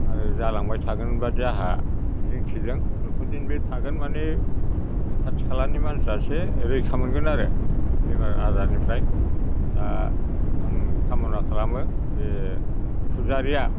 आरो जालांबाय थागोन बायदि आंहा मिजिंथिदों जथ'दिन बे थागोन माने बे खाथि खालानि मानसियासो रैखा मोनगोन आरो बेमार आजारनिफ्राय दा आं खाम'ना खालामो बे फुजारिया